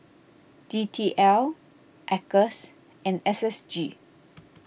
D T L Acres and S S G